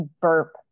burp